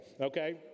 okay